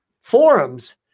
forums